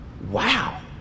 Wow